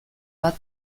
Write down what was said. bat